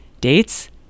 Dates